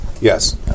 Yes